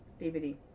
DVD